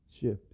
shift